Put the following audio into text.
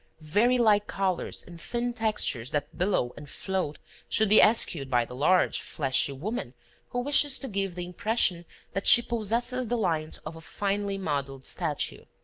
very light colors and thin textures that billow and float should be eschewed by the large, fleshy woman who wishes to give the impression that she possesses the lines of a finely modelled statue.